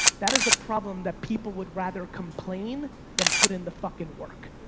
that is a problem that people would rather complain than put in the fucking work.